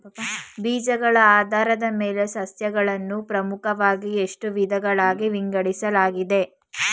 ಬೀಜಗಳ ಆಧಾರದ ಮೇಲೆ ಸಸ್ಯಗಳನ್ನು ಪ್ರಮುಖವಾಗಿ ಎಷ್ಟು ವಿಧಗಳಾಗಿ ವಿಂಗಡಿಸಲಾಗಿದೆ?